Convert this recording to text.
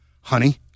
honey